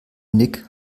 nick